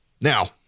Now